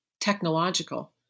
technological